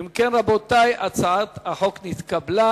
אם כן, רבותי, החוק נתקבל.